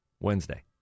Wednesday